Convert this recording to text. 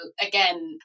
again